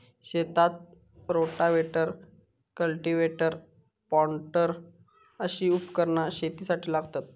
शेतात rotavator, cultivator, planter अशी उपकरणा शेतीसाठी लागतत